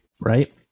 right